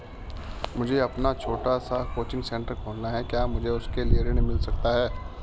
मुझे अपना छोटा सा कोचिंग सेंटर खोलना है क्या मुझे उसके लिए ऋण मिल सकता है?